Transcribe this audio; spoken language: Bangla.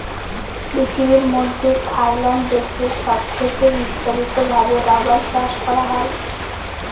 পৃথিবীর মধ্যে থাইল্যান্ড দেশে সব থেকে বিস্তারিত ভাবে রাবার চাষ করা হয়